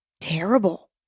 terrible